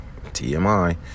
tmi